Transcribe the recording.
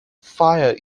fire